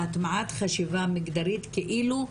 והטמעת חשיבה מגדרית כאילו,